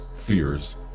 fears